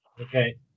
okay